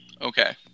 okay